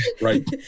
Right